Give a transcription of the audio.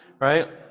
right